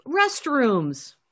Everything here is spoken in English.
restrooms